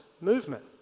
movement